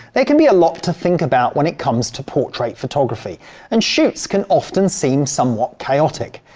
there can be a lot to think about when it comes to portrait photography and shoots can often seem somewhat chaotic,